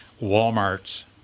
Walmart's